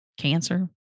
cancer